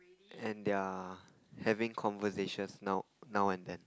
and they're having conversations now now and then